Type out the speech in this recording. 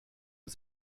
was